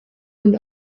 und